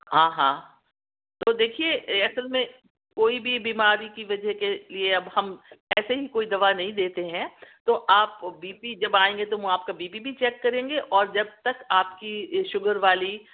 ہاں ہاں تو دیکھیے اصل میں کوئی بھی بیماری کی وجہ کے لئے اب ہم ایسے ہی کوئی دوا نہیں دیتے ہیں تو آپ بی پی جب آئیں گے تو ہم آپ کا بی پی بھی چیک کریں گے اور جب تک آپ کی شوگر والی